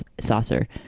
saucer